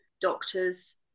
doctors